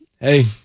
Hey